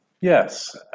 Yes